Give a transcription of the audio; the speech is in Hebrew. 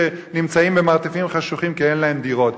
שנמצאים במרתפים חשוכים כי אין להם דירות.